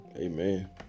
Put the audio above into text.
Amen